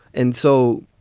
and so.